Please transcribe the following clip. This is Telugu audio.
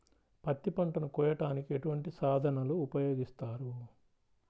పత్తి పంటను కోయటానికి ఎటువంటి సాధనలు ఉపయోగిస్తారు?